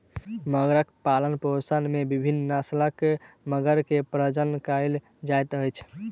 मगरक पालनपोषण में विभिन्न नस्लक मगर के प्रजनन कयल जाइत अछि